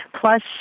plus